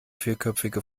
vierköpfige